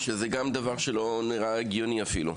שגם זה דבר שאפילו לא נראה הגיוני.